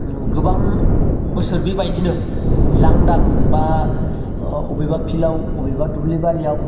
उम गोबां बोसोर बेबायदिनो लांदां बा ओ अबेबा फिल्डआव अबेबा दुब्लिबारियाव